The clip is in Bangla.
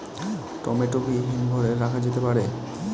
টমেটো কি হিমঘর এ রাখা যেতে পারে?